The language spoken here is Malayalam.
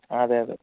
അതെ അതെ